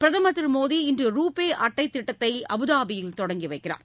பிரதம் திரு மோடி இன்று ரூபே அட்டை திட்டத்தை அபுதாபியில் தொடங்கி வைக்கிறார்